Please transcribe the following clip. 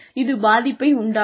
இது பாதிப்பை உண்டாக்கும்